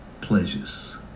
pleasures